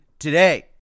today